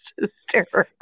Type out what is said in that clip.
hysterical